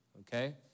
okay